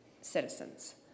citizens